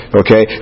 okay